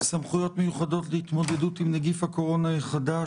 סמכויות מיוחדות להתמודדות עם נגיף הקורונה החדש